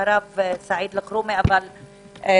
בוקר טוב.